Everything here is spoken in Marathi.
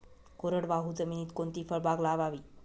कोरडवाहू जमिनीत कोणती फळबाग लावावी?